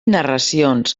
narracions